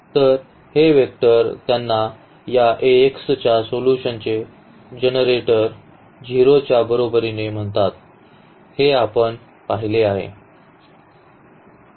तर हे वेक्टर त्यांना या Ax च्या सोल्यूशनचे जनरेटर 0 च्या बरोबरीने म्हणतात हे आपण पाहिले आहे